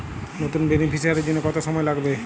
নতুন বেনিফিসিয়ারি জন্য কত সময় লাগবে?